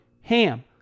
HAM